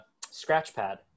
Scratchpad